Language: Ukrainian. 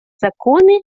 закони